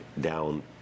down